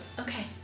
okay